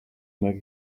make